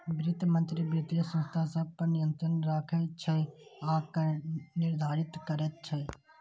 वित्त मंत्री वित्तीय संस्था सभ पर नियंत्रण राखै छै आ कर निर्धारित करैत छै